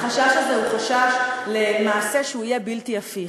כן, אבל החשש הזה הוא חשש למעשה שיהיה בלתי הפיך.